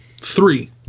Three